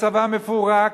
הצבא מפורק,